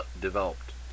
Developed